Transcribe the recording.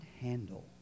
handle